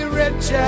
rich